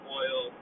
oil